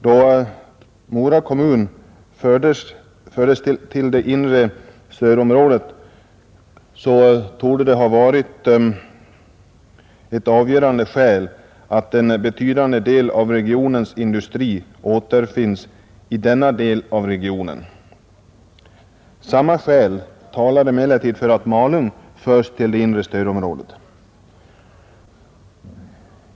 Då Mora kommun fördes till det inre stödområdet torde ett avgörande skäl ha varit att en betydande del av regionens industri återfinns i denna del av regionen. Samma skäl talar emellertid för att Malung förs till det inre stödområdet.